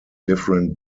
different